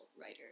writer